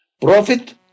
Profit